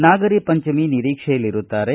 Nagara Panchami ನಿರೀಕ್ಷೆಯಲ್ಲಿರುತ್ತಾರೆ